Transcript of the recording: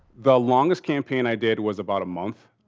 the longest campaign i did was about a month,